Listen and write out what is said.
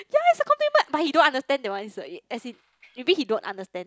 yea is a commitment but he don't understand that one is the as he maybe he don't understand